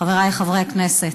חבריי חברי הכנסת,